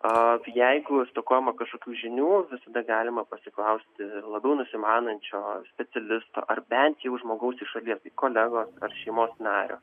a jeigu stokojame kažkokių žinių visada galima pasiklausti labiau nusimanančio specialisto ar bent jau žmogaus iš šalies tai kolegos ar šeimos nario